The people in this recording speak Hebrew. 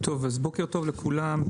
בוקר טוב לכולם.